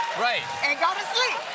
right